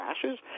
crashes